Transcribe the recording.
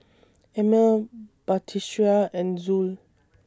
Ammir Batrisya and Zul